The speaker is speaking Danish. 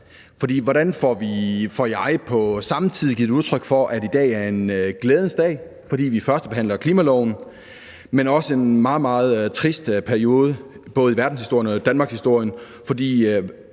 hvordan får jeg på samme tid givet udtryk for, at i dag er en glædens dag, fordi vi førstebehandler klimaloven, men også for, at det er en meget, meget trist periode i både verdenshistorien og danmarkshistorien,